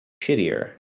shittier